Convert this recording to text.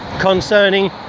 concerning